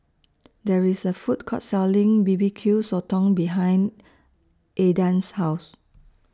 There IS A Food Court Selling B B Q Sotong behind Aidan's House